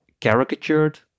caricatured